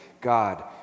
God